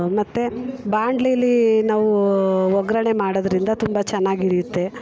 ಮತ್ತೆ ಬಾಣ್ಲೆಲಿ ನಾವು ಒಗ್ಗರಣೆ ಮಾಡೋದ್ರಿಂದ ತುಂಬ ಚೆನ್ನಾಗಿರಿಯುತ್ತೆ